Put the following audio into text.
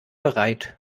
bereit